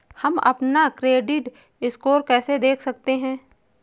हम अपना credit score कैसे देख सकते हैं?